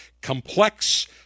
Complex